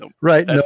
right